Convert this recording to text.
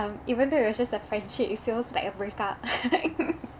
um even though it was just a friendship it feels like a breakup